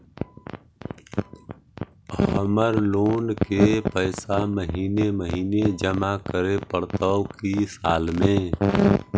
हमर लोन के पैसा महिने महिने जमा करे पड़तै कि साल में?